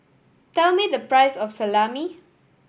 tell me the price of Salami